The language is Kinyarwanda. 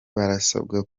barasabwa